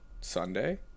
Sunday